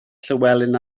llywelyn